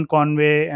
Conway